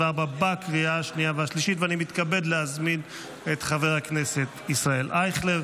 בעד, שישה מתנגדים, אין נמנעים.